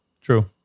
True